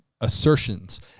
assertions